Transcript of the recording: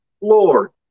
Lord